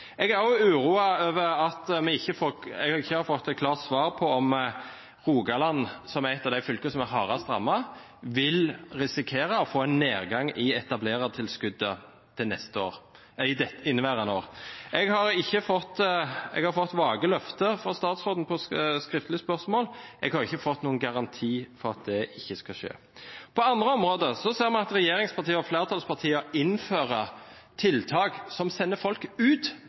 Jeg er også uroet over at jeg ikke har fått et klart svar på om Rogaland, som er et av de fylkene som er hardest rammet, vil risikere å få en nedgang i etablerertilskuddet i inneværende år. Jeg har fått vage løfter fra statsråden på skriftlig spørsmål. Jeg har ikke fått noen garanti for at det ikke skal skje. På andre områder ser vi at regjeringspartiene og flertallspartiene innfører tiltak som sender folk ut